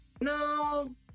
no-